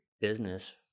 business